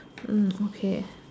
okay